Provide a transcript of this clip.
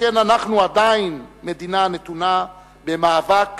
שכן אנחנו עדיין מדינה הנתונה במאבק